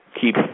keep